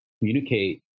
communicate